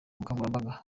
bukangurambaga